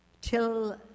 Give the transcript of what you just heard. Till